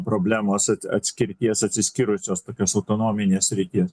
problemos atskirties atsiskyrusios tokios autonominės srities